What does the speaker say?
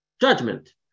judgment